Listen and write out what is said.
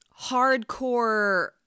hardcore